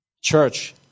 Church